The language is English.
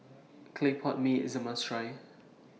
Clay Pot Mee IS A must Try